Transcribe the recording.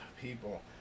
people